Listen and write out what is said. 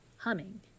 Humming